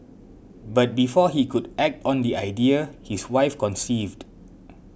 but before he could act on the idea his wife conceived